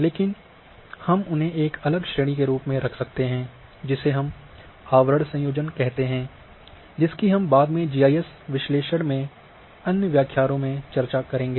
लेकिन हम उन्हें एक अलग श्रेणी के रूप में रख सकते हैं जिसे हम आवरण संयोजन कहते हैं जिसकी हम बाद में जीआईएस विश्लेषण के अन्य व्याख्यानों में चर्चा करेंगे